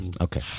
Okay